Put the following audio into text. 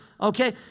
okay